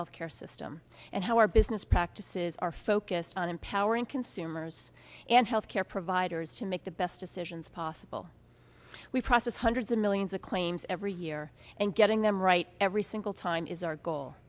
health care system and how our business practices are focused on empowering consumers and healthcare providers to make the best decisions possible we process hundreds of millions of claims every year and getting them right every single time is our goal